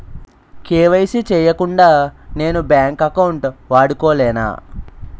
KYC చేయకుండా నేను bank account వాడుకొలేన?